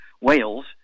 Wales